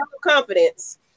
confidence